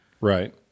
Right